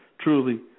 truly